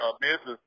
business